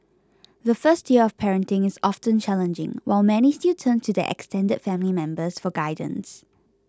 the first year of parenting is often challenging while many still turn to their extended family members for guidance